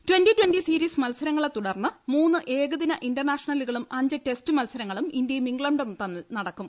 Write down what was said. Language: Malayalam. ടി ടവന്റി സീരിസ് മത്സരങ്ങളെത്തുടർന്ന് മൂന്ന് ഏകദിന ഇന്റർനാഷണലുകളും അഞ്ച് ടെസ്റ്റ് മത്സരങ്ങളും ഇന്ത്യയും ഇംഗ്ലണ്ടും തമ്മിൽ നടക്കും